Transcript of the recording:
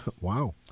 Wow